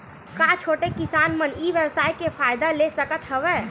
का छोटे किसान मन ई व्यवसाय के फ़ायदा ले सकत हवय?